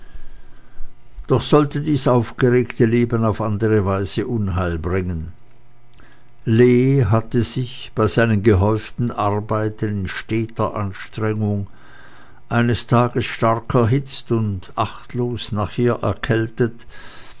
doch sollte dies aufgeregte leben auf andere weise unheil bringen lee hatte sich bei seinen gehäuften arbeiten in steter anstrengung eines tages stark erhitzt und achtlos nachher erkältet